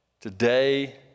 today